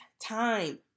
time